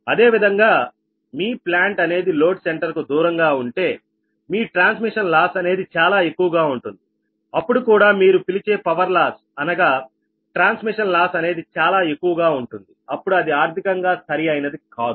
అదేవిధంగా మీ ప్లాంట్ అనేది లోడ్ సెంటర్ కు దూరంగా ఉంటే మీ ట్రాన్స్మిషన్ లాస్ అనేది చాలా ఎక్కువగా ఉంటుంది అప్పుడు కూడా మీరు పిలిచే పవర్ లాస్ అనగా ట్రాన్స్మిషన్ లాస్ అనేది చాలా ఎక్కువగా ఉంటుంది అప్పుడు అది ఆర్థికంగా సరి అయినది కాదు